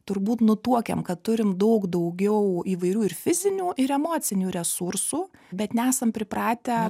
turbūt nutuokiam kad turim daug daugiau įvairių ir fizinių ir emocinių resursų bet nesam pripratę